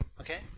Okay